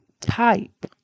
type